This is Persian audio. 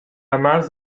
مرز